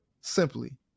simply